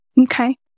okay